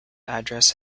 address